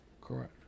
Correct